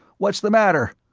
what's the matter?